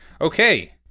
Okay